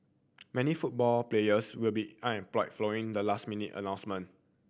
many football players will be unemployed following the last minute announcement